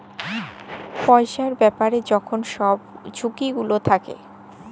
পইসার ব্যাপারে যখল ছব ঝুঁকি গুলা থ্যাকে